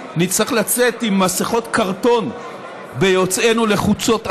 נצטרך לצאת עם מסכות קרטון ביוצאנו לחוצות ערינו,